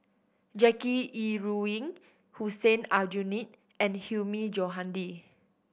Jackie Yi Ru Ying Hussein Aljunied and Hilmi Johandi